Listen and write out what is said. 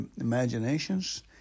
imaginations